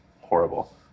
horrible